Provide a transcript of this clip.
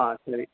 ಹಾಂ ಸರಿ